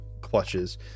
clutches